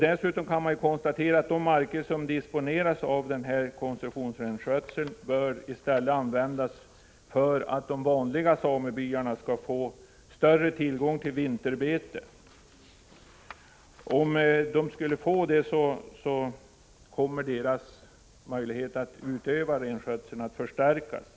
Dessutom kan konstateras att de marker som disponeras för koncessionsrenskötseln i stället bör användas för att man i de vanliga samebyarna skall få större tillgång till vinterbete. Om så skulle bli fallet kommer möjligheterna där att utöva renskötsel att förbättras.